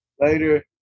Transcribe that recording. Later